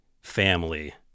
family